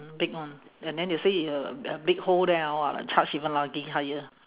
big one and then they say you uh a big hole there ah !wah! charge even lagi higher